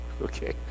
Okay